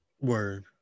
word